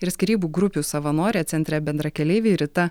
ir skyrybų grupių savanorė centre bendrakeleiviai rita